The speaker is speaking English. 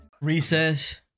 Recess